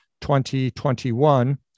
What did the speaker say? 2021